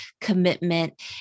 commitment